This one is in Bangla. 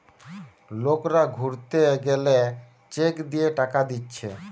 লোকরা ঘুরতে গেলে চেক দিয়ে টাকা দিচ্ছে